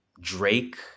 Drake